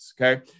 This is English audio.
okay